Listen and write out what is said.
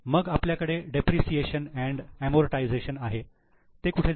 मग आपल्याकडे depreciation and amortisation आहे ते कुठे येईल